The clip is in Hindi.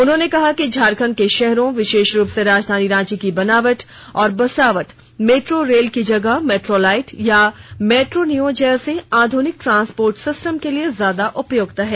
उन्होंने कहा है कि झारखण्ड के शहरों विशेष रूप से राजधानी रांची की बनावट और बसावट मेट्रो रेल की जगह मेट्रोलाइट या मेट्रोनिओ जैसे नये आध्निक ट्रांसपोर्ट सिस्टम के लिए ज्यादा उपय्क्त है